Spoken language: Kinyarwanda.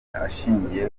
ashingiye